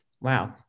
Wow